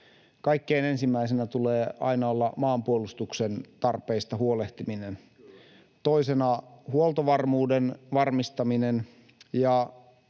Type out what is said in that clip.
Kaikkein ensimmäisenä tulee aina olla maanpuolustuksen tarpeista huolehtiminen, toisena huoltovarmuuden varmistaminen, ja